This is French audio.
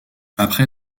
après